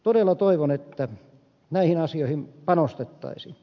todella toivon että näihin asioihin panostettaisiin